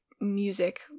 music